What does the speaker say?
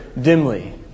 dimly